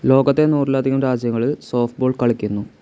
ലോകത്തെ നൂറിലധികം രാജ്യങ്ങളിൽ സോഫ്റ്റ്ബോൾ കളിക്കുന്നു